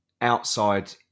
outside